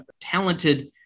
talented